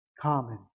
common